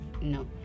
no